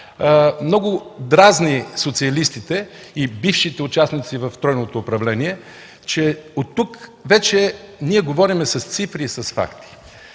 Много дразни социалистите и бившите участници в тройното управление, че оттук вече говорим с цифри и с факти.